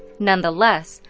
nonetheless,